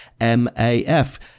MAF